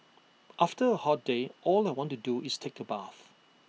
after A hot day all I want to do is take A bath